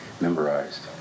memorized